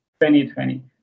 2020